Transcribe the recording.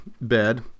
Bed